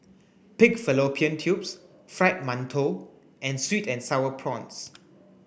pig fallopian tubes fried mantou and sweet and sour prawns